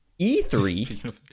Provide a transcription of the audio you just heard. E3